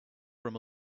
from